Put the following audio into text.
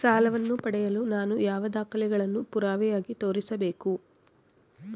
ಸಾಲವನ್ನು ಪಡೆಯಲು ನಾನು ಯಾವ ದಾಖಲೆಗಳನ್ನು ಪುರಾವೆಯಾಗಿ ತೋರಿಸಬೇಕು?